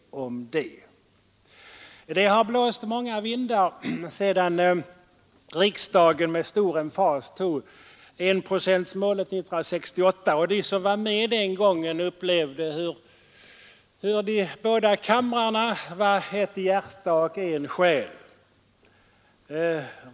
Det har blåst många vindar sedan riksdagen med stor emfas tog enprocentsmålet 1968; vi som var med den gången upplevde hur de båda kamrarna var ett hjärta och en själ.